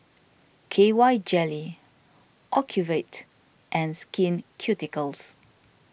K Y Jelly Ocuvite and Skin Ceuticals